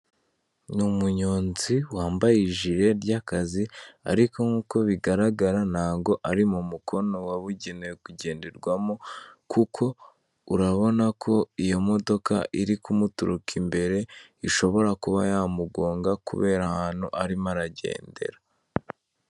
Ni umuyonzi wambaye ijire ry'akazi ariko nk'uko bigaragara ntago ari mu mukono wabugenewe kugenderwamo, kuko urabona ko iyo modoka iri kumuturuka imbere ishobora kuba yamugonga, kubera ahantu arimo aragendera.